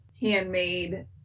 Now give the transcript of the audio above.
handmade